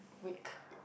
week